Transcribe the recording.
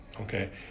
okay